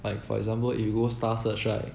like for example if you go star search right